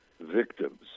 victims